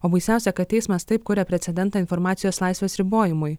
o baisiausia kad teismas taip kuria precedentą informacijos laisvės ribojimui